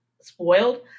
spoiled